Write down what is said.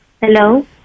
Hello